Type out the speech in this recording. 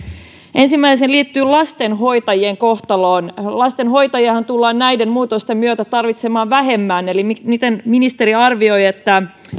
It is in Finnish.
ensimmäinen liittyy lastenhoitajien kohtaloon lastenhoitajiahan tullaan näiden muutosten myötä tarvitsemaan vähemmän eli miten ministeri arvioi että